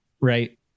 Right